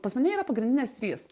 pas mane yra pagrindinės trys